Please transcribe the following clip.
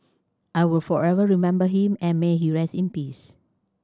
I will forever remember him and may he rest in peace